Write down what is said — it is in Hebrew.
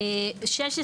אוקיי.